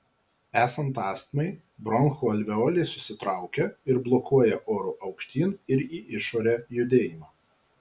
esant astmai bronchų alveolės susitraukia ir blokuoja oro aukštyn ir į išorę judėjimą